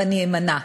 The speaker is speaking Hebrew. ואני אמנע.